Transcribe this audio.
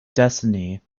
destiny